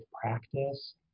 practice